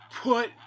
put